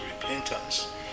repentance